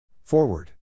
Forward